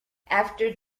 after